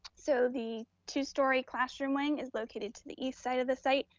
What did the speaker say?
so the two-story classroom wing is located to the east side of the site,